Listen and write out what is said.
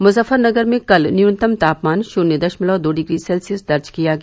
मुजफ्फरनगर में कल न्यूनतम तापमान शृन्य दशमलव दो डिग्री सेल्सियस दर्ज किया गया